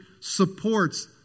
supports